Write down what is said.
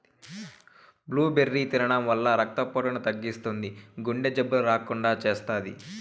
blueberry తినడం వల్ల రక్త పోటును తగ్గిస్తుంది, గుండె జబ్బులు రాకుండా చేస్తాది